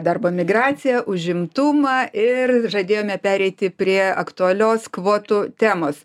darbo migraciją užimtumą ir žadėjome pereiti prie aktualios kvotų temos